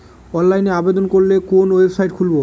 অনলাইনে আবেদন করলে কোন ওয়েবসাইট খুলব?